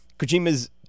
Kojima's